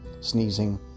sneezing